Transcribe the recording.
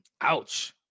Ouch